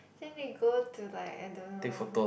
then they go to like I don't know